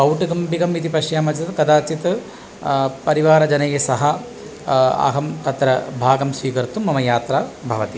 कौटुम्बिकम् इति पश्यामः चेत् कदाचित् परिवारजनैस्सह अहम् अत्र भागं स्विकर्तुं मम यात्रा भवति